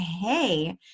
hey